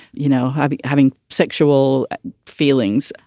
you know, having having sexual feelings.